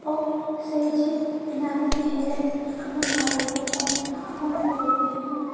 ଆଉ ସେଇଠି ନାଇଁ ହେଲେ ଆମର୍ ନାଇଁ ହେଲେ କ'ଣ କ'ଣ କରିବା